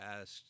asked